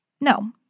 no